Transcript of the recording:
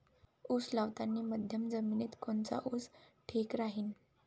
उस लावतानी मध्यम जमिनीत कोनचा ऊस ठीक राहीन?